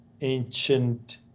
ancient